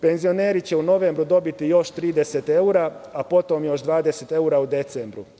Penzioneri će u novembru dobiti još 30 evra, a potom, još 20 evra u decembru.